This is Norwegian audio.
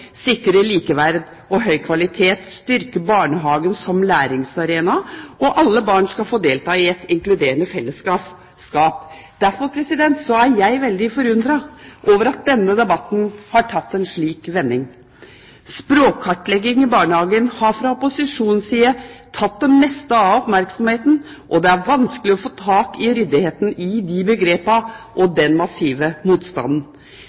sikre likeverd og høy kvalitet, styrke barnehagen som læringsarena, og at alle barn skal få delta i et inkluderende fellesskap. Derfor er jeg veldig forundret over at denne debatten har tatt en slik vending. Språkkartlegging i barnehagen har fra opposisjonens side tatt det meste av oppmerksomheten, og det er vanskelig å få tak i ryddigheten i begrepene og den massive motstanden.